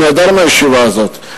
הוא נעדר מהישיבה הזאת.